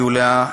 יוליה,